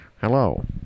hello